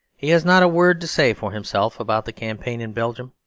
he has not a word to say for himself about the campaign in belgium,